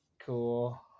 Cool